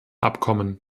abkommen